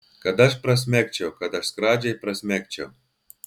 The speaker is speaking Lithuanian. kad aš prasmegčiau kad aš skradžiai prasmegčiau